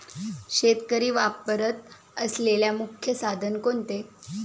शेतकरी वापरत असलेले मुख्य साधन कोणते?